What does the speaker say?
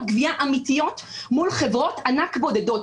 גבייה אמיתיות מול חברות ענק בודדות.